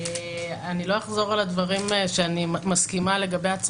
אני לא אחזור על הדברים שאני מסכימה לגביהם,